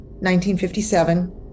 1957